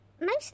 mostly